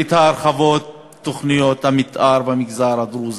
את הרחבת תוכניות המתאר במגזר הדרוזי.